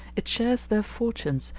it shares their fortunes,